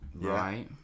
Right